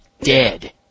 dead